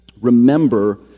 Remember